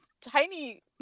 tiny